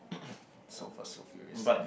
so fast so furious